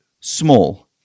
small